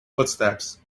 footsteps